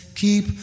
keep